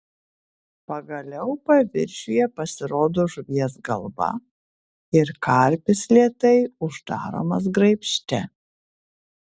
pagaliau paviršiuje pasirodo žuvies galva ir karpis lėtai uždaromas graibšte